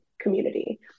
community